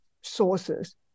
sources